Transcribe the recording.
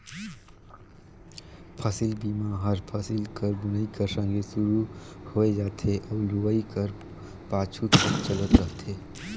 फसिल बीमा हर फसिल कर बुनई कर संघे सुरू होए जाथे अउ लुवई कर पाछू तक चलत रहथे